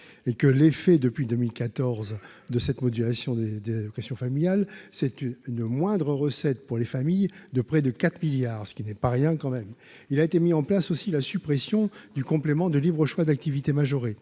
l'effet depuis 2014 de cette modulation des des questions familiales, c'est une moindre recette pour les familles de près de 4 milliards, ce qui n'est pas rien quand même, il a été mis en place aussi la suppression du complément de libre choix d'activité majoré,